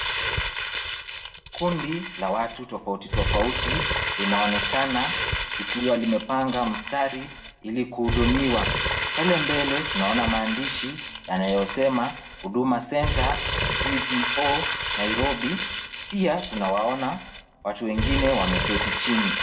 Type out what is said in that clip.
Kundi la watu tofauti tofauti linaonekana likiwa limepanga mstari ili kuhudumiwa. Pale mbele tunaona maandishi yanayosema Huduma Centre JPO Nairobi. Pia tunawaona watu wengine wameketi chini.